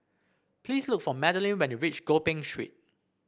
please look for Madelynn when you reach Gopeng Street